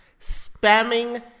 spamming